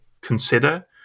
consider